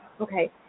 Okay